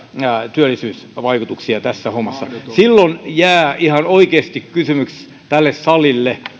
työllisyysvaikutuksia tässä hommassa silloin jää ihan oikeasti kysymys tälle salille